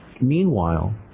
meanwhile